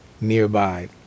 nearby